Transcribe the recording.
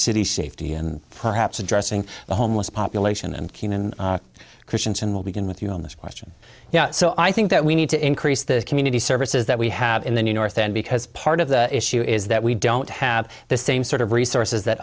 city safety and perhaps addressing the homeless population and keenan christianson will begin with you on this question yeah so i think that we need to increase the community services that we have in the north end because part of the issue is that we don't have the same sort of resources that